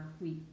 week